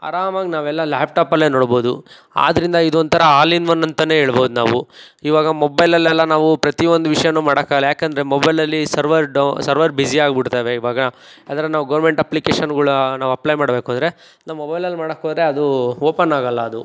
ಆರಾಮಾಗಿ ನಾವೆಲ್ಲ ಲ್ಯಾಪ್ಟಾಪಲ್ಲೇ ನೋಡ್ಬೋದು ಆದ್ರಿಂದ ಇದೊಂಥರ ಆಲ್ ಇನ್ ವನ್ ಅಂತಲೇ ಹೇಳ್ಬೋದು ನಾವು ಇವಾಗ ಮೊಬೈಲಲ್ಲೆಲ್ಲ ನಾವು ಪ್ರತಿಯೊಂದು ವಿಷ್ಯವು ಮಾಡೋಕ್ಕಾಗೋಲ್ಲ ಏಕೆಂದ್ರೆ ಮೊಬೈಲಲ್ಲಿ ಸರ್ವರ್ ಡೌ ಸರ್ವರ್ ಬಿಝಿಯಾಗ್ಬಿಡ್ತವೆ ಇವಾಗ ಅಂದರೆ ನಾವು ಗೌರ್ಮೆಂಟ್ ಅಪ್ಲಿಕೇಷನ್ಗಳು ನಾವು ಅಪ್ಲೈ ಮಾಡ್ಬೇಕುಂದ್ರೆ ನಮ್ಮ ಮೊಬೈಲಲ್ಲಿ ಮಾಡೋಕ್ಕೋದ್ರೆ ಅದು ಓಪನ್ನಾಗೋಲ್ಲ ಅದು